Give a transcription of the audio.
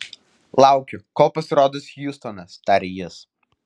laukiu kol pasirodys hjustonas tarė jis